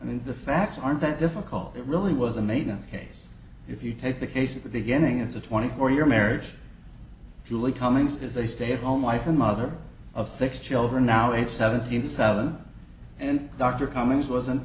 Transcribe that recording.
the facts aren't that difficult it really was a maintenance case if you take the case at the beginning it's a twenty four year marriage julie cummings is a stay at home wife and mother of six children now aged seventy seven and dr cummings was